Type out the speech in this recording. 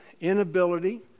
inability